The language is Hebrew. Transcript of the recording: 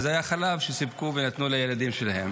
אז היה חלב שסיפקו ונתנו לילדים שלהם,